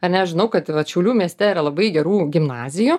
ane žinau kad vat šiaulių mieste yra labai gerų gimnazijų